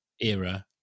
era